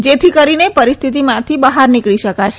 જેથી કરીને પરિસ્થિતિમાંથી બહાર નીકળી શકાશે